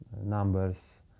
numbers